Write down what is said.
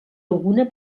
alguna